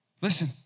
Listen